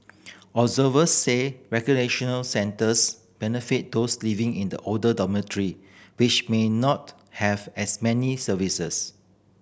observers said recreational centres benefit those living in the older dormitory which may not have as many services